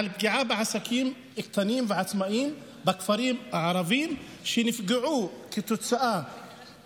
עסקים קטנים ועצמאיים בכפרים הערביים שנפגעו כתוצאה